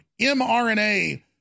mRNA